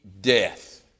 death